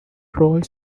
troy